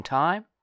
time